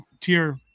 tier